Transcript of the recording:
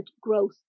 growth